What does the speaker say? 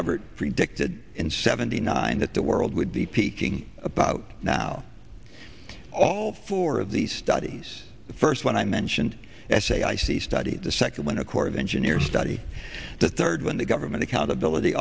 albert predicted in seventy nine that the world would be peaking about now all four of these studies the first one i mentioned s a i c study the second one a court of engineers study the third when the government accountability